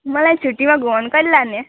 मलाई छुट्टीमा घुमाउनु कहिले लाने